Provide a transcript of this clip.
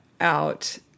out